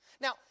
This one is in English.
Now